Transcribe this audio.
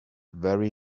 very